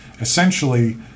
essentially